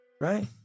right